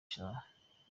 saha